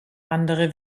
andere